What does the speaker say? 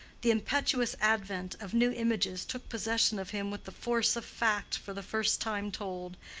the impetuous advent of new images took possession of him with the force of fact for the first time told,